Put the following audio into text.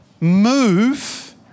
move